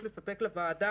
וזה לא נכתב בכוכבית,